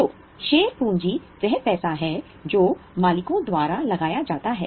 तो शेयर पूंजी वह पैसा है जो मालिकों द्वारा लगाया जाता है